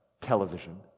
television